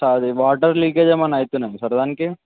అది water leakage ఏమన్నా అవుతుందా సార్ దానికి